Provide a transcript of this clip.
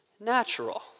natural